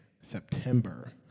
September